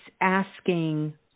asking